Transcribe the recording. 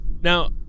Now